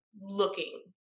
looking